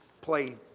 play